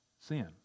sin